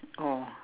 oh